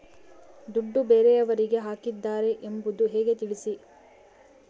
ದುಡ್ಡು ಬೇರೆಯವರಿಗೆ ಹಾಕಿದ್ದಾರೆ ಎಂಬುದು ಹೇಗೆ ತಿಳಿಸಿ?